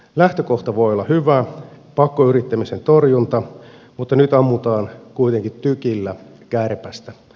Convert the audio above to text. lähtökohta voi olla hyvä pakkoyrittämisen torjunta mutta nyt ammutaan kuitenkin tykillä kärpästä